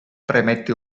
premette